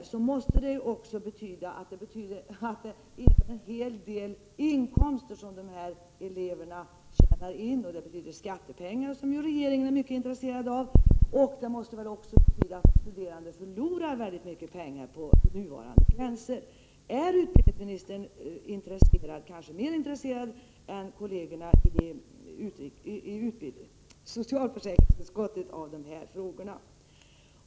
Men dessa elever skulle ju tjäna in en hel del pengar — vilket betyder skattepengar till staten, som regeringen är mycket intresserad av. Nuvarande gränser måste betyda att eleverna förlorar väldigt mycket pengar. Är utbildningsministern kanske mer intresserad än kollegerna i socialförsäkringsutskottet av dessa frågor?